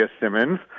Simmons